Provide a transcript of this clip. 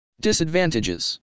Disadvantages